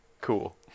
Cool